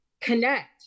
connect